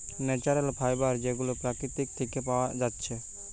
natural fibre যেগুলা প্রকৃতি থিকে পায়া যাচ্ছে